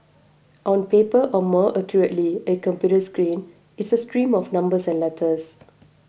on paper or more accurately a computer screen it's a stream of numbers and letters